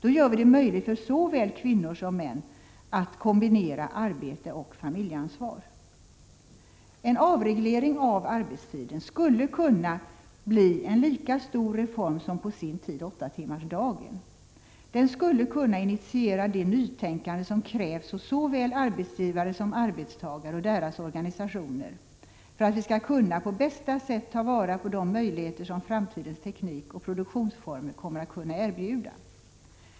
Då gör vi det möjligt för såväl kvinnor som män att kombinera arbete och familjeansvar. En avreglering av arbetstiden skulle kunna bli en lika stor reform som på sin tid åttatimmarsdagen. Den skulle kunna initiera det nytänkande som krävs hos såväl arbetsgivare som arbetstagare och deras organisationer för att vi på bästa sätt skall kunna ta vara på de möjligheter som framtidens teknik och produktionsformer kommer att kunna erbjuda.